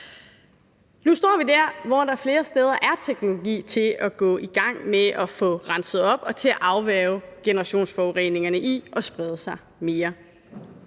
Nu står vi der, hvor der flere steder er teknologi til at gå i gang med at få renset op og til at afværge generationsforureningerne i at sprede sig mere.